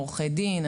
עורכי דין,